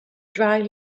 dry